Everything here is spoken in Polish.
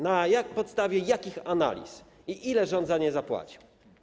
Na podstawie jakich analiz i ile rząd za nie zapłacił?